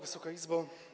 Wysoka Izbo!